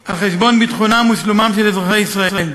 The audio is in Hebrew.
על חשבון ביטחונם ושלומם של אזרחי ישראל,